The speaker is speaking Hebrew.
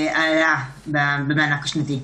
מלר-הורוביץ: 4 חילופי גברי בוועדות הכנסת 4